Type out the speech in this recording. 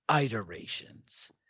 iterations